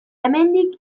hemendik